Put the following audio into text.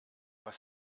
was